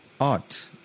art